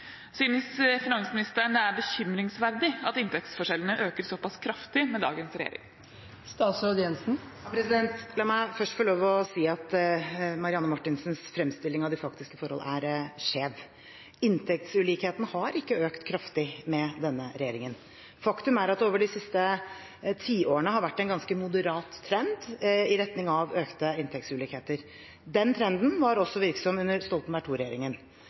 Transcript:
Synes statsråden det er bekymringsverdig at inntektsforskjellene øker såpass kraftig med dagens regjering?» La meg først få lov til å si at Marianne Marthinsens fremstilling av de faktiske forhold er skjev. Inntektsulikheten har ikke økt kraftig med denne regjeringen. Faktum er at det over de siste tiårene har vært en ganske moderat trend i retning av økte inntektsulikheter. Den trenden var også virksom under Stoltenberg